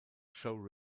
show